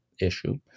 issue